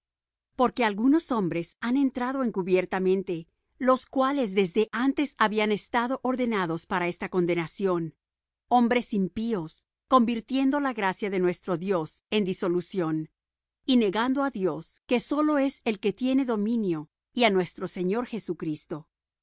porque algunos hombres han entrado encubiertamente los cuales desde antes habían estado ordenados para esta condenación hombres impíos convirtiendo la gracia de nuestro dios en disolución y negando á dios que solo es el que tiene dominio y á nuestro señor jesucristo